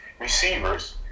receivers